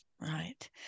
Right